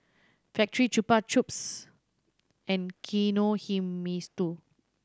Factorie Chupa Chups and Kinohimitsu